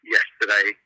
Yesterday